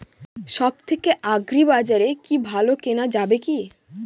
সব থেকে আগ্রিবাজারে কি ভালো কেনা যাবে কি?